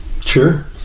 Sure